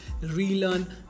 relearn